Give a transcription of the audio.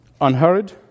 unhurried